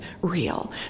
real